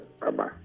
bye-bye